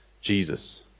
Jesus